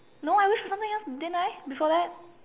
no I wish for something else didn't I before that